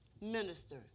Minister